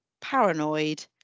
paranoid